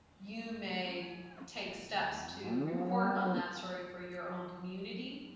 you may take steps to report on that story for your own community.